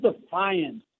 defiance